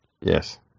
Yes